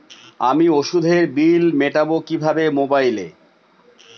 আমি ওষুধের বিল মেটাব কিভাবে মোবাইলে?